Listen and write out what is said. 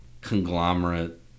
conglomerate